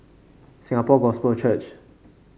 Singapore Gospel Church